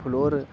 floor